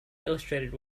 illustrated